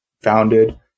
founded